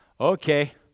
Okay